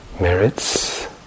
merits